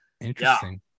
interesting